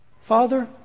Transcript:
Father